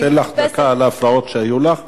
אני אתן לך דקה על ההפרעות שהיו לך.